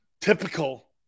typical